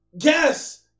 yes